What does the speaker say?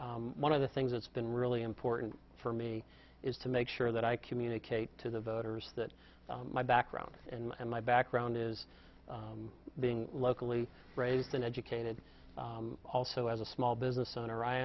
one of the things that's been really important for me is to make sure that i communicate to the voters that my background and my background is being locally raised and educated also as a small business owner i